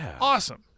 awesome